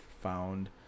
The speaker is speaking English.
found